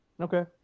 Okay